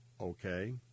okay